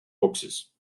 boxes